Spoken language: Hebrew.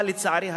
אבל לצערי הרב,